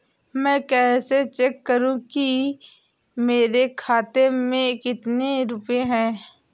मैं कैसे चेक करूं कि मेरे खाते में कितने रुपए हैं?